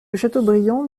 châteaubriand